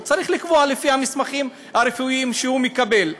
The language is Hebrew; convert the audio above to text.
הוא צריך לקבוע לפי המסמכים הרפואיים שהוא מקבל.